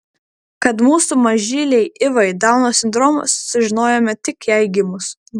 kad mūsų mažylei ivai dauno sindromas sužinojome tik jai gimus